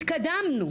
התקדמנו,